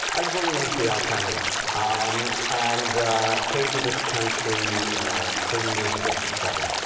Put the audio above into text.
i was born in montreal, canada um and came to this country thirty years ago to study.